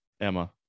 Emma